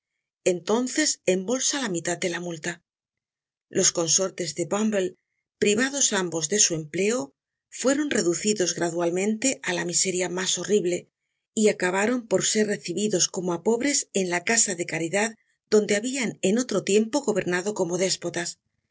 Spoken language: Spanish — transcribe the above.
entonces embolsa la mitad de la multa los consortes bumbte privados ambos de su empleo fueron reducidos gradualmente á la miseria mas horrible y acabaron por ser recibidos como á pobres en la casa de caridad donde habian en otro tiempo gobernado como déspotas